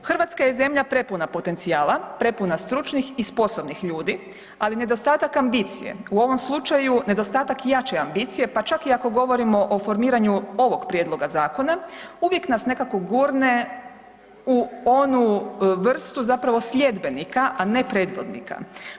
Hrvatska je zemlja prepuna potencijala, prepuna stručnih i sposobnih ljudi, ali nedostatak ambicije, u ovom slučaju nedostatak jače ambicije pa čak i ako govorimo o formiranju ovog Prijedloga zakona uvijek nas nekako gurne u onu vrstu zapravo sljedbenika, a ne predvodnika.